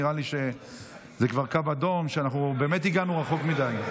נראה לי שזה כבר קו אדום שאנחנו באמת הגענו רחוק מדי.